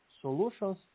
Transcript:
solutions